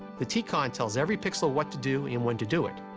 the tcon tells every pixel what to do and when to do it.